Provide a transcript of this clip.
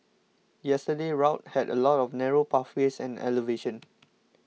yesterday's route had a lot of narrow pathways and elevation